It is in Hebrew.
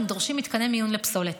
דורשים מתקני מיון לפסולת.